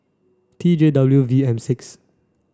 T J W V M six